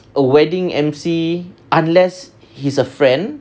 a wedding emcee unless he's a friend